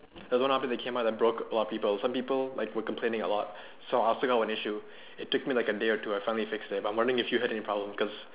there was one update that came out that broke a lot of people some people like were complaining a lot so I stuck on an issue it took my a day or two I finally fixed it but I was wondering if you had any problems because